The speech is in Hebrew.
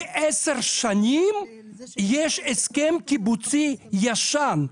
ועשר שנים יש הסכם קיבוצי ישן,